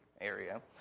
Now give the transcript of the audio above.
area